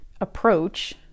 approach